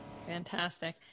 Fantastic